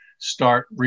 Start